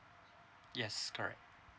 yes correct